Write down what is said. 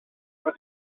for